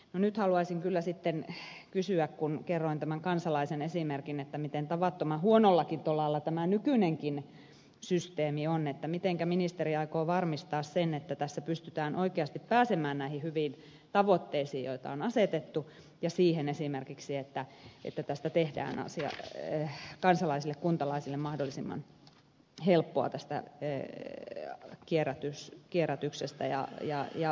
nyt haluaisin kyllä sitten kysyä kerroin tämän kansalaisen esimerkin miten tavattoman huonollakin tolalla tämä nykyinenkin systeemi on mitenkä ministeri aikoo varmistaa sen että tässä pystytään oikeasti pääsemään näihin hyviin tavoitteisiin joita on asetettu esimerkiksi siihen että tästä kierrätyksestä ja esimerkiksi pakkausten palauttamisesta tehdään kansalaisille kuntalaisille mahdollisimman helppoa tästä ehdi yö on kierrätys kierrätyksestä ja ajaa ja